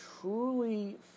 truly